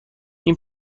این